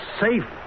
safe